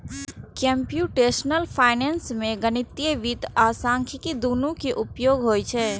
computational finance मे गणितीय वित्त आ सांख्यिकी, दुनू के उपयोग होइ छै